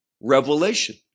revelation